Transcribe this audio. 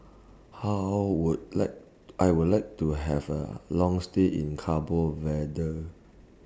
How Would like I Would like to Have A Long stay in Cabo Verde